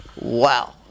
Wow